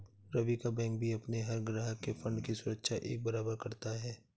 रवि का बैंक भी अपने हर ग्राहक के फण्ड की सुरक्षा एक बराबर करता है